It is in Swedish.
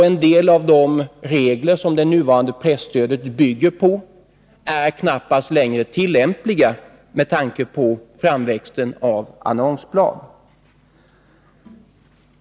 En del av de regler som det nuvarande presstödet bygger på är knappast tillämpliga längre med tanke på framväxten av annonsblad.